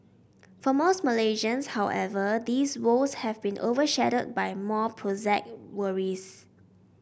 for most Malaysians however these woes have been overshadowed by more prosaic worries